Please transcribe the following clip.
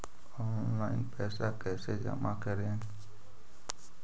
Online पैसा कैसे जमा करे?